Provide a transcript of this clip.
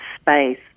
space